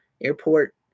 airport